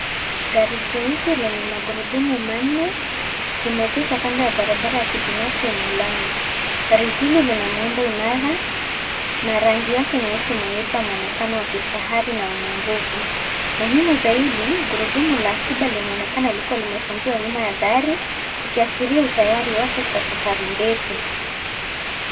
Gari jeusi lenye magurudumu manne limeegeshwa kando ya barabara ya kibinafsi yenye lami. Gari hili lina muundo imara na rangi yake nyeusi inaipa muonekano wa kifahari na wenye nguvu. Muhimu zaidi, gurudumu la akiba linaonekana lilikuwa limefungiwa nyuma ya gari, ikiashiria utayari wake kwa safari ndefu.